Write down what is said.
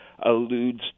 alludes